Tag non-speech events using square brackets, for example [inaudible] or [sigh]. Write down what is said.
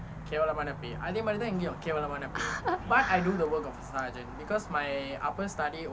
[laughs]